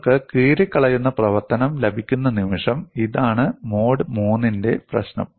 നിങ്ങൾക്ക് കീറിക്കളയുന്ന പ്രവർത്തനം ലഭിക്കുന്ന നിമിഷം ഇതാണ് മോഡ് 3 ന്റെ പ്രശ്നം